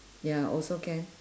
ya also can